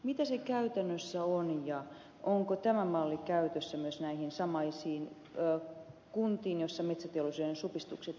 mitä se käytännössä on ja onko tämä malli käytössä myös näihin samaisiin kuntiin joissa metsäteollisuuden supistukset jättävät jäljen